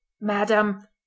Madam